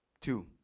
Two